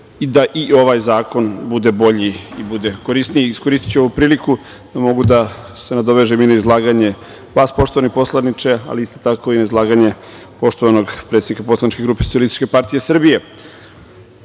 da i ovaj zakon bude bolji i korisniji. Iskoristiću ovu priliku da se nadovežem i na izlaganje vas, poštovani poslaniče, ali tako i na izlaganje poštovanog predsednika poslaničke grupe SPS. Znate, ja sam bio